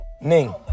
Ning